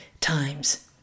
times